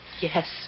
Yes